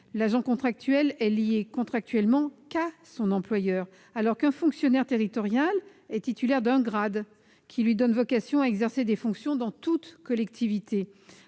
fonctionnaire. Il n'est lié contractuellement qu'à son employeur, alors qu'un fonctionnaire territorial est titulaire d'un grade qui lui donne vocation à exercer des fonctions dans toute collectivité.